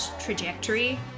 trajectory